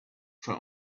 for